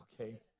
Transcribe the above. okay